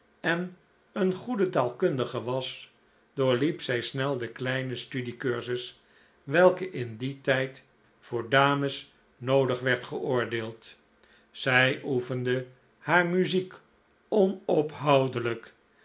en een goede taalkundige was doorliep zij snel den kleinen studiecursus welke in dien tijd voor dames noodig werd geoordeeld zij oefende haar muziek onophoudelijk